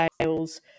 sales